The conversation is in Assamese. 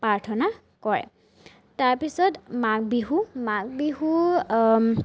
প্ৰাৰ্থনা কৰে তাৰপিছত মাঘ বিহু মাঘ বিহু